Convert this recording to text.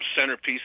centerpiece